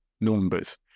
numbers